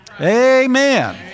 Amen